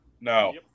No